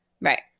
Right